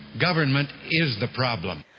government is the problem.